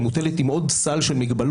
היא מוטלת עם עוד סל של מגבלות,